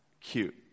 cute